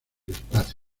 espacio